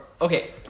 okay